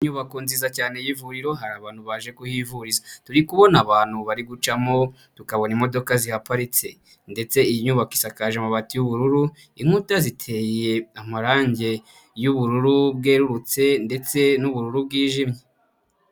Inyubako nziza cyane y'ivuriro hari abantu baje kuhivuriza, turi kubona abantu bari gucamo, tukabona imodoka zihaparitse ndetse iyi nyubako isakaje amabati y'ubururu, inkuta ziteye amarangi y'ubururu bwerurutse ndetse n'ubururu bwijimye.